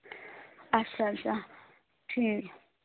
اَچھا اَچھا ٹھیٖک